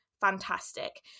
fantastic